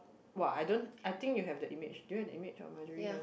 !wah! I don't I think you have the image do you have the image of Majerus one